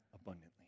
abundantly